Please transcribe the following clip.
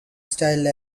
style